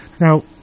Now